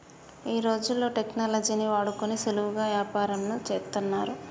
ఈ రోజుల్లో టెక్నాలజీని వాడుకొని సులువుగా యాపారంను చేత్తన్నారు